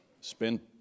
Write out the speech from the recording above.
spent